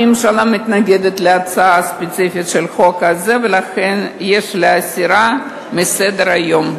הממשלה מתנגדת להצעה הספציפית של החוק הזה ולכן יש להסירה מסדר-היום.